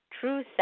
True